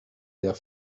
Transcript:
der